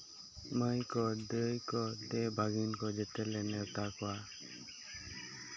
ᱢᱟᱹᱭ ᱠᱚ ᱫᱟᱹᱭ ᱠᱚ ᱫᱮᱣ ᱵᱷᱟᱹᱜᱤᱱ ᱠᱚ ᱡᱮᱛᱮ ᱞᱮ ᱱᱮᱣᱛᱟ ᱠᱚᱣᱟ